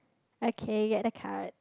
okay get a card